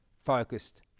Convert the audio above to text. focused